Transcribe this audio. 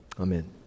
Amen